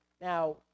Now